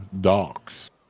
docks